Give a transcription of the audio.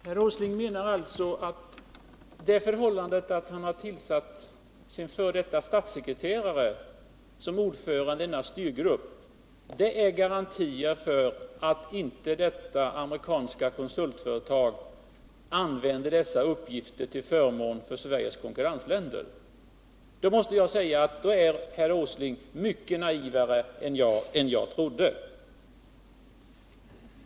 Herr talman! Herr Åsling menar alltså att det förhållandet att han har tillsatt sin statssekreterare som ordförande i styrgruppen utgör en garanti för att detta amerikanska konsultföretag inte använder de uppgifter som samlas in på ett sätt som gynnar Sveriges konkurrentländer. Jag måste säga att då är herr Åsling mera naiv än jag trodde.